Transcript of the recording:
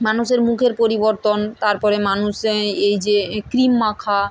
মানুষের মুখের পরিবর্তন তার পরে মানুষ এই যে ক্রিম মাখা